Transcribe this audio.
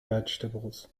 vegetables